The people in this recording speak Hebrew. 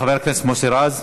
חבר הכנסת מוסי רז,